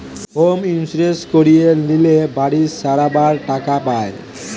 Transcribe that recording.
home insurance করিয়ে লিলে বাড়ি সারাবার টাকা পায়